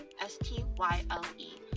S-T-Y-L-E